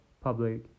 public